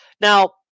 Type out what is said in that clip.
Now